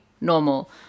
normal